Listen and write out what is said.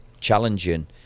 challenging